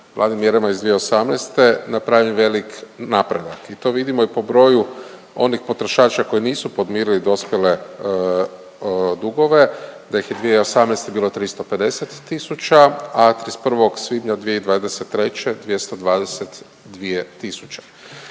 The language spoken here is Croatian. Vladinim mjerama ih 2018. napravljen velik napredak i to vidimo i po broju onih potrošača koji nisu podmirili dospjele dugove, da ih je 2018. bilo 350 tisuća, a 31. svibnja 2023. 222